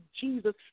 Jesus